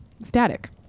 static